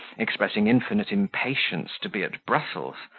expressing infinite impatience to be at brussels,